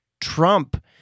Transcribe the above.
Trump